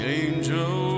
angel